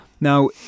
Now